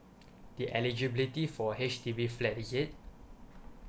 the eligibility for H_D_B flat is it